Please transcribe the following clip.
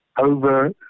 over